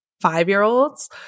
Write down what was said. five-year-olds